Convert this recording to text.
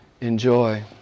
enjoy